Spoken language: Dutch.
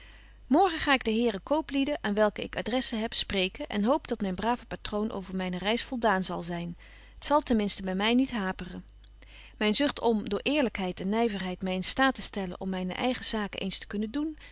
morgen ga ik de heren kooplieden aan welken ik adressen heb spreken en hoop dat myn brave patroon over myne reis voldaan zal zyn t zal ten minsten by my niet haperen myn zucht om door eerlykheid en nyverheid my in staat te stellen om myne eigen zaken eens te kunnen doen